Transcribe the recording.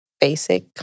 basic